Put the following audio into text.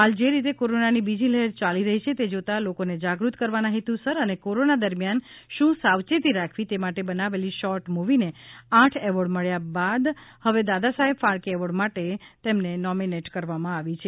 હાલ જે રીતે કોરોના ની બીજી લહેર યાલી રહી છે તે જોતા લોકો ને જાગૃત કરવાના હેતુસર અને કોરોના દરમિયાન શુ સાવચેતી રાખવી તે માટે બનાવેલી શોર્ટ મુવીને આઠ એવોર્ડ મડયા બાદ હવે દાદા સાહેબ ફાળકે એવોર્ડ માટે નોમેનેટ કરવામાં આવી છે